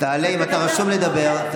אם אתה רשום לדבר,